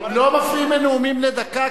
לא מפריעים בנאומים בני דקה,